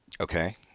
Okay